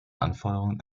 anforderungen